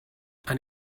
and